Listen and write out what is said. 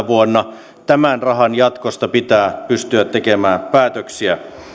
vuonna kaksikymmentä tämän rahan jatkosta pitää pystyä tekemään päätöksiä